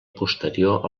posterior